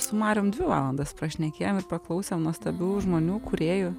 su marium dvi valandas prašnekėjom ir paklausėm nuostabių žmonių kūrėjų